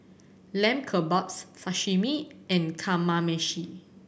Lamb Kebabs Sashimi and Kamameshi